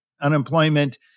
unemployment